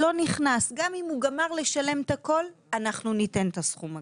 גם אם הוא גמר לשלם הכול אנחנו ניתן את הסכום הגבוה,